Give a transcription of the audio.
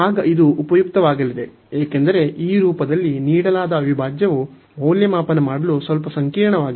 ಆಗ ಇದು ಉಪಯುಕ್ತವಾಗಲಿದೆ ಏಕೆಂದರೆ ಈ ರೂಪದಲ್ಲಿ ನೀಡಲಾದ ಅವಿಭಾಜ್ಯವು ಮೌಲ್ಯಮಾಪನ ಮಾಡಲು ಸ್ವಲ್ಪ ಸಂಕೀರ್ಣವಾಗಿದೆ